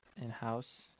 in-house